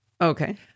Okay